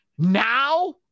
Now